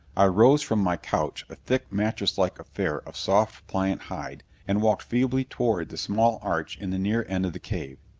i rose from my couch, a thick, mattresslike affair of soft, pliant hide, and walked feebly toward the small arch in the near end of the cave.